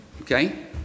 Okay